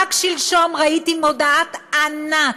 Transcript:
רק שלשום ראיתי מודעת ענק,